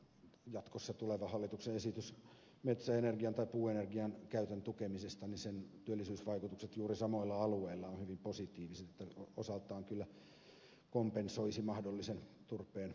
jatkossa tulevan hallituksen esityksen metsäenergian tai puuenergian käytön tukemisesta työllisyysvaikutukset juuri samoilla alueilla ovat hyvin positiiviset osaltaan kyllä kompensoisivat mahdollisen turpeenkäytön vähentämisen